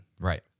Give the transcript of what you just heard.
Right